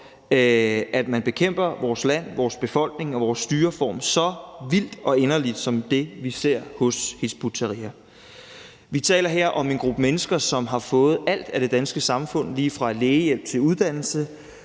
at man bekæmper vores land, vores befolkning og vores styreform så vildt og inderligt som det, vi ser hos Hizb ut-Tahrir. Vi taler her om en gruppe mennesker, som har fået alt af det danske samfund, lige fra lægehjælp til uddannelse.